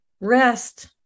rest